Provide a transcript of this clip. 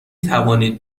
توانید